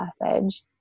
message